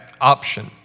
option